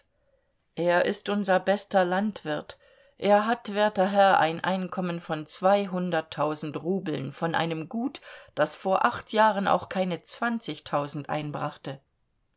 er ist unser bester landwirt er hat werter herr ein einkommen von zweihunderttausend rubeln von einem gut das vor acht jahren auch keine zwanzigtausend einbrachte